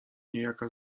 niejaka